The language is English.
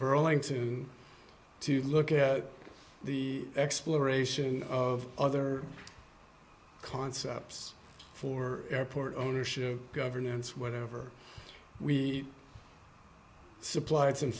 burlington to look at the exploration of other concepts for airport ownership governance whatever we supplied some